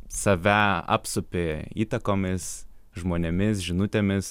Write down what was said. save apsupi įtakomis žmonėmis žinutėmis